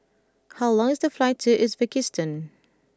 how long is the flight to Uzbekistan